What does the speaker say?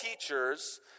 teachers